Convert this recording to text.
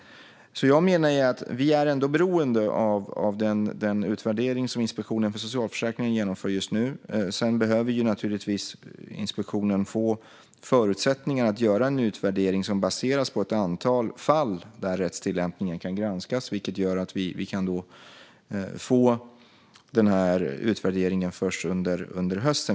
Jag menar att vi är beroende av den utvärdering som Inspektionen för socialförsäkringen genomför just nu. Sedan behöver Inspektionen för socialförsäkringen naturligtvis få förutsättningar att göra en utvärdering som baseras på ett antal fall där rättstillämpningen kan granskas, vilket gör att vi kan få utvärderingen först under hösten.